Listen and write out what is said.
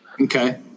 Okay